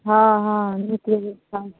हँ हँ नीक लगै छै